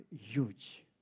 Huge